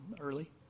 early